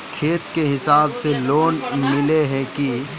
खेत के हिसाब से लोन मिले है की?